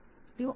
તો અદભુત છે